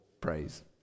praise